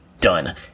Done